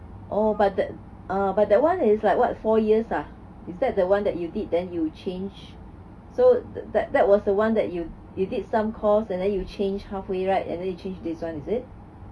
oh but that err but that [one] is like what four years ah is that the [one] that you did then you change so that that was the [one] that you you did some course and then you change halfway right and then you change to this [one] is it